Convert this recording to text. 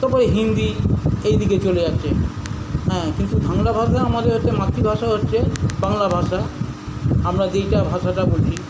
তারপরে হিন্দি এই দিকে চলে যাচ্ছে হ্যাঁ কিন্তু বাংলা ভাষা আমাদের হচ্ছে মাতৃভাষা হচ্ছে বাংলা ভাষা আমরা যেটা ভাষাটা বুঝি